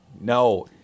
No